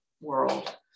world